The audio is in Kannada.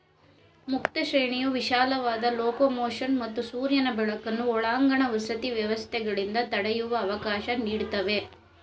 ಮುಕ್ತ ಶ್ರೇಣಿಯು ವಿಶಾಲವಾದ ಲೊಕೊಮೊಷನ್ ಮತ್ತು ಸೂರ್ಯನ ಬೆಳಕನ್ನು ಒಳಾಂಗಣ ವಸತಿ ವ್ಯವಸ್ಥೆಗಳಿಂದ ತಡೆಯುವ ಅವಕಾಶ ನೀಡ್ತವೆ